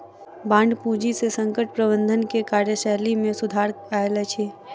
bond पूंजी से संकट प्रबंधन के कार्यशैली में सुधार आयल अछि